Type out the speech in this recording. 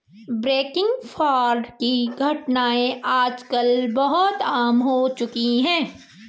banking fraud की घटनाएं आज कल बहुत आम हो चुकी है